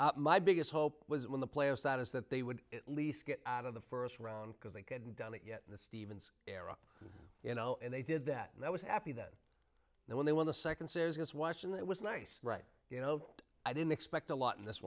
know my biggest hope was when the players status that they would at least get out of the first round because they couldn't done it yet in the stevens era you know and they did that and i was happy that they when they won the second says just watch and it was nice right you know i didn't expect a lot in this